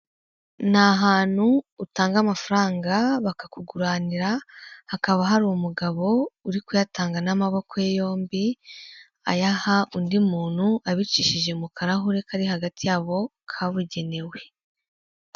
Ni ahantu utanga amafaranga bakakuguranira, hakaba hari umugabo uri kuyatanga n'amaboko ye yombi, ayaha undi muntu abicishije mu karahure kari hagati yabo, kabugenewe.